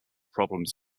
problems